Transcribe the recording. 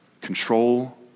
control